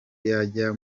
yajya